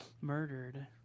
murdered